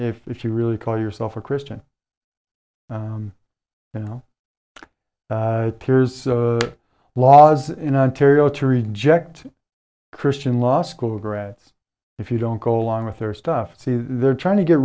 it if you really call yourself a christian down now here's laws in ontario to reject christian law school grads if you don't go along with their stuff see they're trying to get